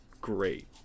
great